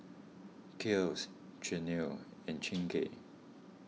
Kiehl's Chanel and Chingay